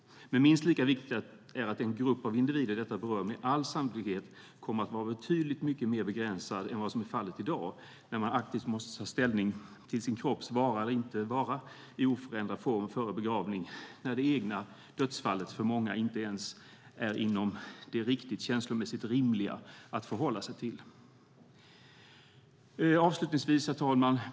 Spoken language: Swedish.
Men minst lika viktigt är att den grupp av individer som detta berör med all sannolikhet kommer att vara betydligt mer begränsad än vad som är fallet i dag, när man aktivt måste ta ställning till sin kropps vara eller inte vara i oförändrad form före begravning när det egna dödsfallet för många inte ens är inom det riktigt känslomässigt rimliga att förhålla sig till. Herr talman!